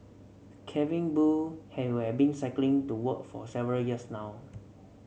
Calvin Boo who has been cycling to work for several years now